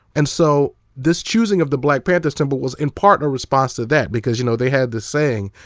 and so this choosing of the black panther symbol was in part and a response to that because, you know, they had this saying,